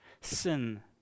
Sin